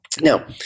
Now